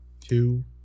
two